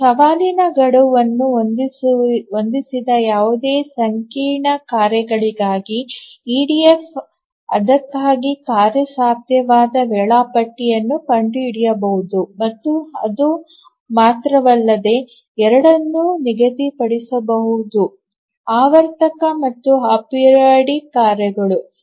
ಸವಾಲಿನ ಗಡುವನ್ನು ಹೊಂದಿಸಿದ ಯಾವುದೇ ಸಂಕೀರ್ಣ ಕಾರ್ಯಗಳಿಗಾಗಿ ಇಡಿಎಫ್ ಅದಕ್ಕಾಗಿ ಕಾರ್ಯಸಾಧ್ಯವಾದ ವೇಳಾಪಟ್ಟಿಯನ್ನು ಕಂಡುಹಿಡಿಯಬಹುದು ಮತ್ತು ಅದು ಮಾತ್ರವಲ್ಲದೆ ಎರಡನ್ನೂ ನಿಗದಿಪಡಿಸಬಹುದು ಆವರ್ತಕ ಮತ್ತು ಅಪೆರಿಯೋಡಿಕ್ ಕಾರ್ಯಗಳು